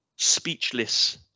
Speechless